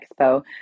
expo